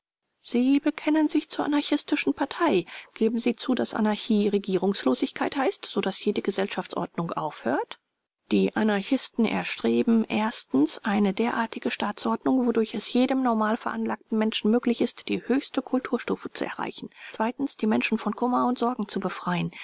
sie bekennen sich zur anarchistischen partei geben sie zu daß anarchie regierungslosigkeit heißt so daß jede gesellschaftsordnung aufhört r die anarchisten erstreben eine derartige staatsordnung wodurch es jedem normal veranlagten menschen möglich ist die höchste kulturstufe zu erreichen die menschen von kummer und sorgen zu befreien